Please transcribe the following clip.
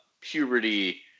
puberty